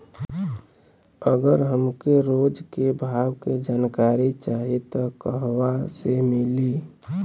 अगर हमके रोज के भाव के जानकारी चाही त कहवा से मिली?